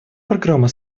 программа